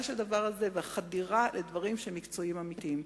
של הדבר הזה והחדירה לדברים שהם מקצועיים אמיתיים.